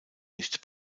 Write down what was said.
nicht